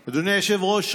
היושב-ראש,